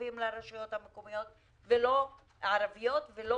התקציבים לרשויות המקומיות הערביות ולא